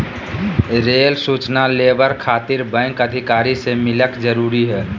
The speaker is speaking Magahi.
रेल सूचना लेबर खातिर बैंक अधिकारी से मिलक जरूरी है?